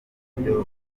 uburyo